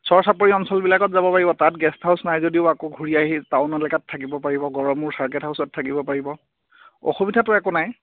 চৰ চাপৰি অঞ্চলবিলাকত যাব পাৰিব তাত গেষ্ট হাউচ নাই যদিও আকৌ ঘূৰি আহি টাউন এলেকাত থাকিব পাৰিব গড়মূৰ চাৰ্কেট হাউচত থাকিব পাৰিব অসুবিধাটো একো নাই